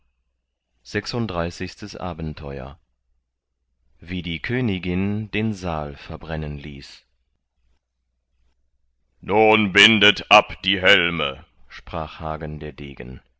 sechsunddreißigstes abenteuer wie die königin den saal verbrennen ließ nun bindet ab die helme sprach hagen der degen